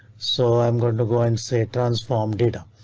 so i'm going to go and say transform data.